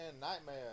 nightmare